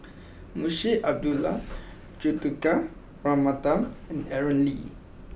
Munshi Abdullah Juthika Ramanathan and Aaron Lee